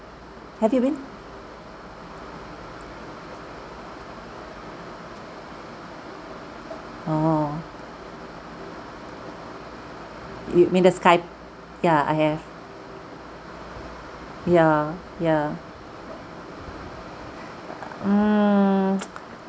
have you been orh you mean the sky ya I have ya ya mm